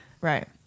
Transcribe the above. right